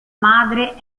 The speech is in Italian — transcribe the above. madre